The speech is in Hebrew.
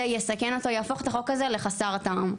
זה יהפוך את החוק הזה לחסר טעם.